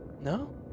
No